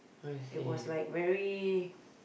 it was like very